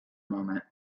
moment